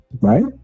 right